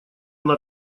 она